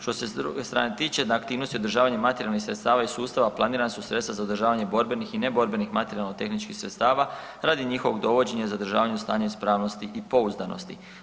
Što se s druge strane tiče na aktivnosti održavanje materijalnih sredstava iz sustava planirana su sredstva za održavanje borbenih i ne borbenih materijalno-tehničkih sredstava radi njihovog dovođenja i zadržavanju stanja ispravnosti i pouzdanosti.